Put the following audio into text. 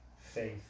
faith